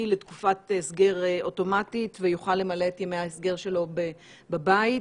לתקופת הסגר אוטומטית ויוכל למלא את ימי ההסגר שלו בבית.